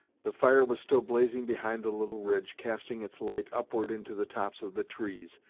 the fire was still blazing behind the little ridge, casting its light upward into the tops of the trees,